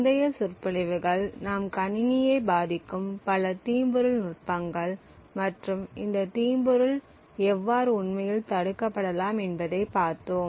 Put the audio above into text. முந்தைய சொற்பொழிவுகள் நாம் கணிணியை பாதிக்கும் பல தீம்பொருள் நுட்பங்கள் மற்றும் இந்த தீம்பொருள் எவ்வாறு உண்மையில் தடுக்கப்படலாம் என்பதை பார்த்தோம்